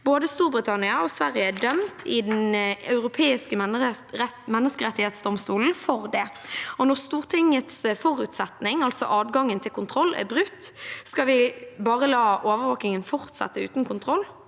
Både Storbritannia og Sverige er dømt for det i Den europeiske menneskerettsdomstol. Og når Stortingets forutsetning, altså adgangen til kontroll, er brutt, skal vi da bare la overvåkingen fortsette uten kontroll?